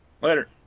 Later